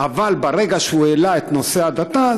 אבל ברגע שהוא העלה את נושא ההדתה,